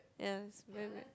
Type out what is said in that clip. yes very weird